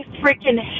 freaking